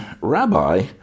Rabbi